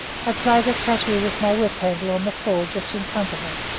i played a tattoo with my whip-handle on the floor just in front of her.